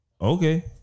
Okay